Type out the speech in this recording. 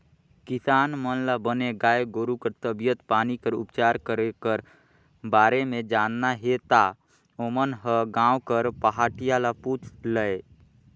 किसान मन ल बने गाय गोरु कर तबीयत पानी कर उपचार करे कर बारे म जानना हे ता ओमन ह गांव कर पहाटिया ल पूछ लय